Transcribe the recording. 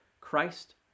Christ